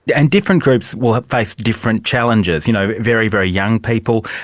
and different groups will have faced different challenges. you know, very, very young people,